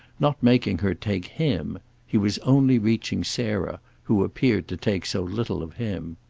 not making her take him he was only reaching sarah, who appeared to take so little of him.